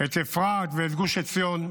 אפרת וגוש עציון,